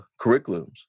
curriculums